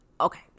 Okay